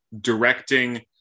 directing